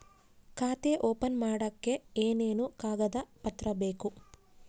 ಖಾತೆ ಓಪನ್ ಮಾಡಕ್ಕೆ ಏನೇನು ಕಾಗದ ಪತ್ರ ಬೇಕು?